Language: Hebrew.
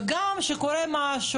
וגם כשקורה משהו,